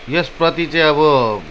यस प्रति चाहिँ अब